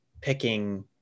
picking